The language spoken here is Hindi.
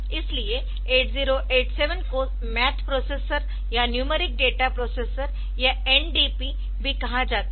इसलिए 8087 को मैथ कोप्रोसेसर या न्यूमेरिक डेटा प्रोसेसर या NDP भी कहा जाता है